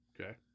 Okay